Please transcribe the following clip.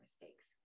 mistakes